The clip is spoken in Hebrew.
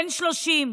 בן 30,